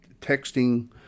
texting